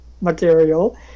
material